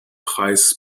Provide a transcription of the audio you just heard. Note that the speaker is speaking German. preis